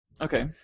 okay